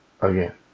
again